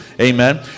amen